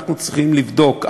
אנחנו צריכים לבדוק,